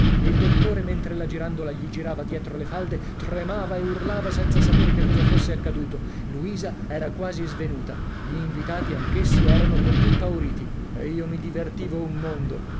il dottore mentre la girandola gli girava dietro le falde tremava e urlava senza sapere che cosa fosse accaduto luisa era quasi svenuta gli invitati anch'essi erano tutti impauriti e io mi divertivo un mondo